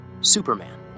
Superman